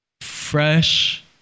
Fresh